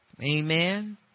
Amen